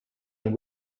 and